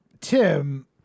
Tim